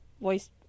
voice